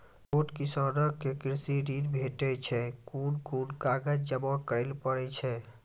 छोट किसानक कृषि ॠण भेटै छै? कून कून कागज जमा करे पड़े छै?